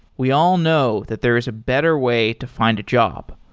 we all know that there is a better way to find a job.